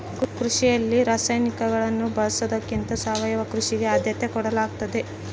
ಕೃಷಿಯಲ್ಲಿ ರಾಸಾಯನಿಕಗಳನ್ನು ಬಳಸೊದಕ್ಕಿಂತ ಸಾವಯವ ಕೃಷಿಗೆ ಆದ್ಯತೆ ನೇಡಲಾಗ್ತದ